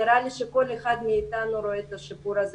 נראה לי שכל אחד מאיתנו רואה את השיפור הזה